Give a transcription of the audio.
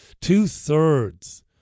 Two-thirds